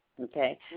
Okay